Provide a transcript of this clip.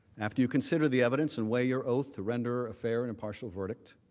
after you consider the evidence and way your oath to render a fair and impartial verdict,